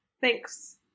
Thanks